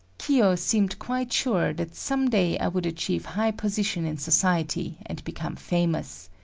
kiyo seemed quite sure that some day i would achieve high position in society and become famous.